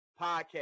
podcast